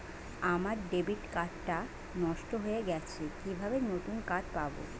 আমার debit card টা নষ্ট হয়ে গেছে কিভাবে নতুন কার্ড পাব?